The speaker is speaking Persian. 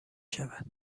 شود